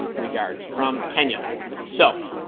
um regards from kenya so